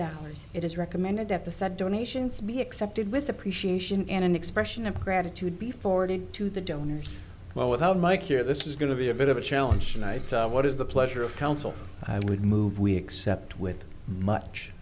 dollars it is recommended that the set donations be accepted with appreciation and an expression of gratitude be forwarded to the donors well without my care this is going to be a bit of a challenge tonight what is the pleasure of counsel i would move we accept with much